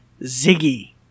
Ziggy